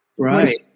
Right